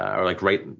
or like right,